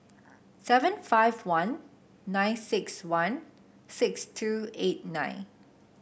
seven five one nine six one six two eight nine